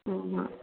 ஆமாம்